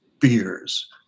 fears